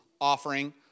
offering